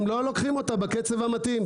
הם לא לוקחים אותה בקצב המתאים.